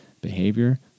behavior